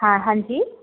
ਹਾਂ ਹਾਂਜੀ